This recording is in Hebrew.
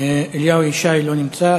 אליהו ישי, לא נמצא.